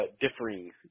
differing